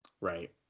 Right